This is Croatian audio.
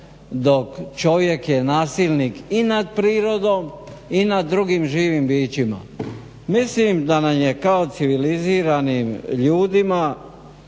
dok čovjek je nasilnik i nad prirodom i nad drugim živim bićima. Mislim da nam je kao civiliziranim ljudima